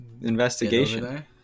investigation